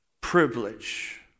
privilege